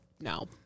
no